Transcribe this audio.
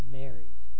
married